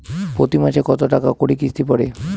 প্রতি মাসে কতো টাকা করি কিস্তি পরে?